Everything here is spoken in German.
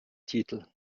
titel